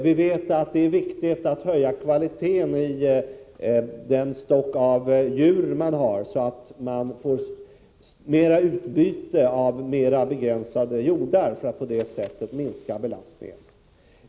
Vidare vet vi att det är viktigt att kvaliteten höjs i fråga om den stock av djur som man har. På det sättet får man ett större utbyte av mera begränsade jordar. Därmed minskas belastningen av jordarna.